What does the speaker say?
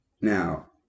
Now